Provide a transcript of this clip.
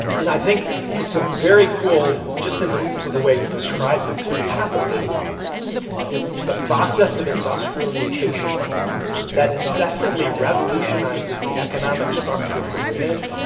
and i think it's ah very cool just in and terms of the way he describes it. so, capitalism is the process of industrial mutation that incessantly revolutionizes the economic structure from within,